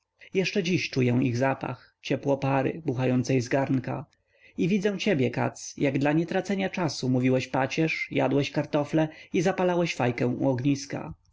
jeszcze dziś czuję ich zapach ciepło pary buchającej z garnku i widzę ciebie katz jak dla nietracenia czasu mówiłeś pacierz jadłeś kartofle i zapalałeś fajkę u ogniska